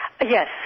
Yes